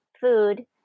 food